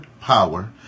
power